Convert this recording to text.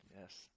Yes